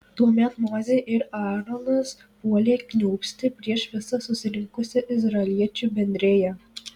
tuomet mozė ir aaronas puolė kniūbsti prieš visą susirinkusią izraeliečių bendriją